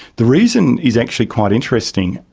the reason is actually quite interesting.